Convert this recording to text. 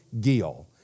Gill